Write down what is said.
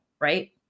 right